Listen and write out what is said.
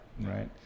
right